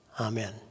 Amen